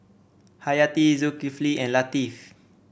Hayati Zulkifli and Latif